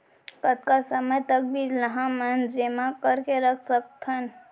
कतका समय तक बीज ला हमन जेमा करके रख सकथन?